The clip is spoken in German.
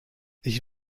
ich